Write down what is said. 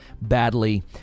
badly